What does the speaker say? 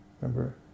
Remember